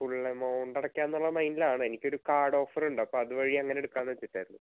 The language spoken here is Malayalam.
ഫുൾ എമൗണ്ടടക്കാന്നുള്ള മൈൻഡിലാണ് എനിക്കൊരു കാർഡോഫറുണ്ടപ്പോൾ അത് വഴി അങ്ങനെ എടുക്കാന്നെച്ചിട്ടായിരുന്നു